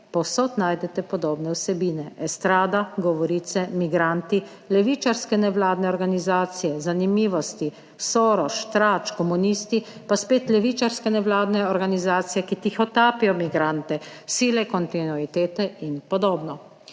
povsod najdete podobne vsebine: estrada, govorice, migranti, levičarske nevladne organizacije, zanimivosti, / nerazumljivo/ trač, komunisti, pa spet levičarske nevladne organizacije, ki tihotapijo migrante, sile kontinuitete ipd.